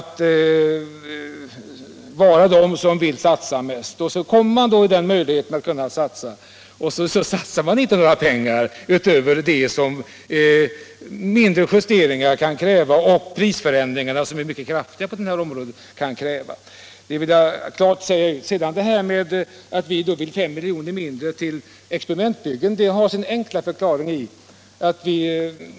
Centern har ju sagt sig vara det parti som vill satsa mest, men när man får möjlighet att satsa anslår man inga pengar utöver det som krävs för mindre justeringar och för prisförändringarna, som är mycket kraftiga på det här området. Det vill jag klart säga ut. Att vi vill ge 5 miljoner mindre till experimentbyggen har sin enkla förklaring.